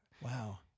wow